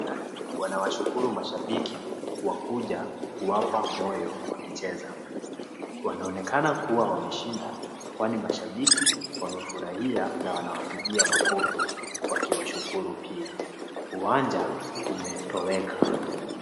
Wachezaji wanawashukuru mashabiki kwa kuja kuwapa moyo wakicheza. Wanaonekana kuwa wameshinda kwani mashabiki wamefurahia na wanawapigia makofi wakiwashukuru pia. Uwanja umetoweka.